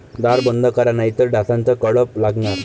दार बंद करा नाहीतर डासांचा कळप लागणार